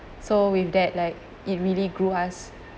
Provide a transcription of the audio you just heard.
so with that like it really grew us